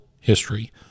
history